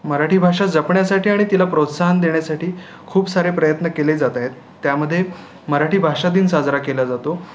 मराठी भाषा जपण्यासाठी आणि तिला प्रोत्साहन देण्यासाठी खूप सारे प्रयत्न केले जात आहेत त्यामध्ये मराठी भाषा दिन साजरा केला जातो